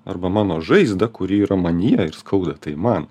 arba mano žaizdą kuri yra manyje ir skauda tai man